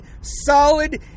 solid